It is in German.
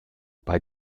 bei